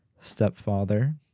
stepfather